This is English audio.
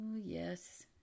yes